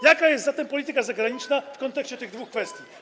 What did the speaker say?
Jaka jest zatem polityka zagraniczna w kontekście tych dwóch kwestii?